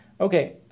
Okay